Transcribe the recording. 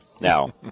Now